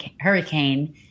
hurricane